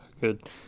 good